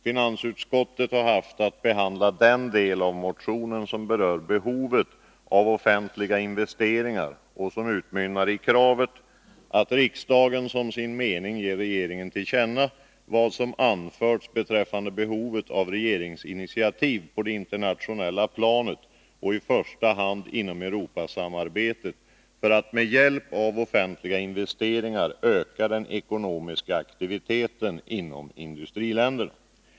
Finansutskottet har haft att behandla den del av motionen som berör behovet av offentliga investeringsprogram och som utmynnar i kravet ”att riksdagen som sin mening ger regeringen till känna vad som anförts beträffande behovet av regeringsinitiativ på det internationella planet och i första hand inom Europasamarbetet för att med hjälp av offentliga investeringsprogram öka den ekonomiska aktiviteten inom industriländerna”.